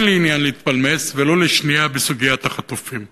אין לי עניין להתפלמס ולו לשנייה בסוגיית החטופים,